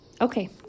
Okay